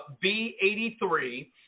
B-83